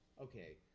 okay